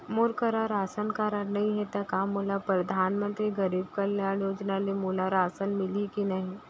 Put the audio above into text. मोर करा ration card नहीं है त का मोल परधानमंतरी गरीब कल्याण योजना ल मोला राशन मिलही कि नहीं?